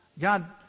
God